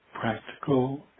practical